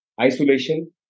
isolation